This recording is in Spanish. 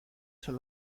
son